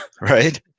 right